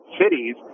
cities